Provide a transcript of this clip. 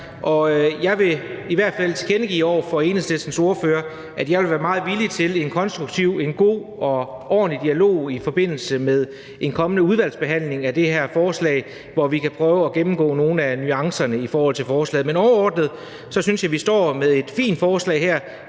og jeg vil i hvert fald tilkendegive over for Enhedslistens ordfører, at jeg vil være meget villig til at have en konstruktiv og god og ordentlig dialog i forbindelse med en kommende udvalgsbehandling af det her forslag, hvor vi kan prøve at gennemgå nogle af nuancerne i forhold til forslaget. Men overordnet synes jeg, at vi står med et fint forslag her,